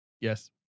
Yes